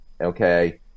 okay